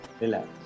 relax